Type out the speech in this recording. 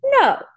No